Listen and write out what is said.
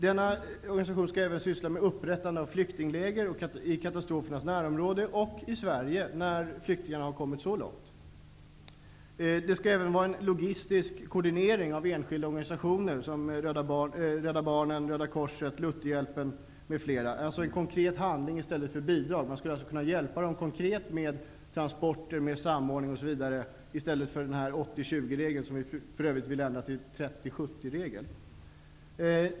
Denna organisation skall även syssla med upprättandet av flyktingläger i katastrofernas närområde -- och i Sverige, när flyktingarna har kommit så långt. Det skall även vara en logistisk koordinering av enskilda organisationer som Rädda Barnen, Röda Korset, Lutherhjälpen m.fl., dvs. en konkret handling i stället för bidrag. Man skall kunna hjälpa dem konkret med transporter, samordning osv. i stället för 80 30-regel.